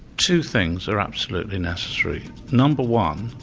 two things are absolutely necessary number one,